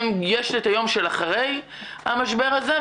יש את היום שאחרי המשבר הזה,